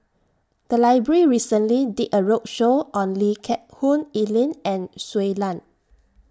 The Library recently did A roadshow on Lee Geck Hoon Ellen and Shui Lan